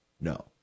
No